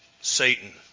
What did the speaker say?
Satan